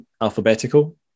alphabetical